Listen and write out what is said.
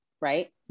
Right